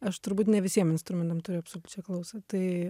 aš turbūt ne visiem instrumentam turiu absoliučią klausą tai